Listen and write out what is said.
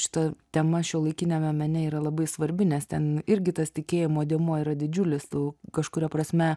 šita tema šiuolaikiniame mene yra labai svarbi nes ten irgi tas tikėjimo dėmuo yra didžiulis tų kažkuria prasme